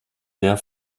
der